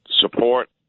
support